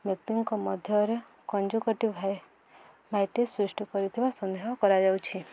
ବ୍ୟକ୍ତିଙ୍କ ମଧ୍ୟରେ ସୃଷ୍ଟି କରିଥିବା ସନ୍ଦେହ କରାଯାଉଛି